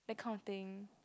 that kind of thing